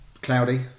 cloudy